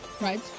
Right